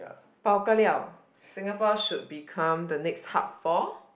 bao ka liao Singapore should become the next hub for